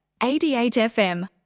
88FM